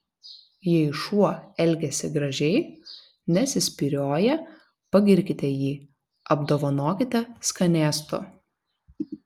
jei šuo elgiasi gražiai nesispyrioja pagirkite jį apdovanokite skanėstu